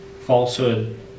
falsehood